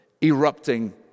erupting